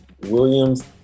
Williams